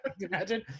Imagine